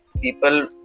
people